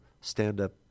stand-up